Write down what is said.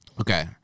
Okay